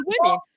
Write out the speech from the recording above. women